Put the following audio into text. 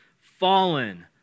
Fallen